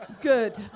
Good